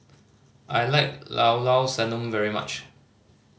I like Llao Llao Sanum very much